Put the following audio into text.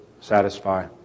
satisfy